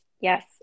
Yes